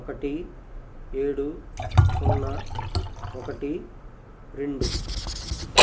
ఒకటి ఏడు సున్నా ఒకటి రెండు